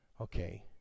Okay